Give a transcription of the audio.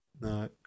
No